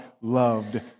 loved